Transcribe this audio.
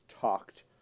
talked